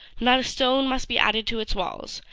not a stone must be added to its walls,